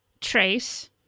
Trace